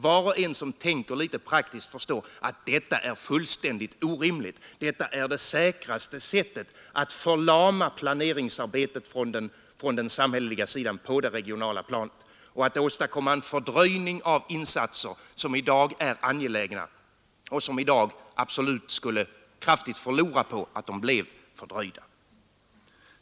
Var och en som tänker litet praktiskt förstår att detta är fullständigt orimligt. Detta är det säkraste sättet att förlama planeringsarbetet på det regionala planet och åstadkomma en fördröjning av insatser som i dag är angelägna och som absolut skulle kraftigt förlora på att de blev fördröjda.